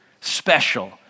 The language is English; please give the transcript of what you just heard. special